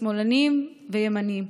שמאלנים וימנים.